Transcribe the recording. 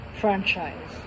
franchise